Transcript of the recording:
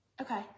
Okay